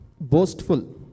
boastful